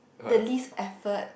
the least effort